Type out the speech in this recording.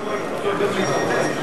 שהצביעו בבחירות ורוצות גם להתחתן.